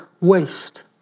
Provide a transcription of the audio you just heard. waste